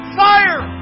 fire